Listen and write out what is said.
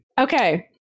okay